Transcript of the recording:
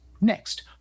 Next